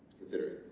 considering?